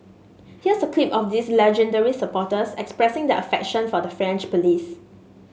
here's a clip of these legendary supporters expressing their affection for the French police